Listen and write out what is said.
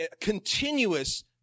continuous